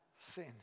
sin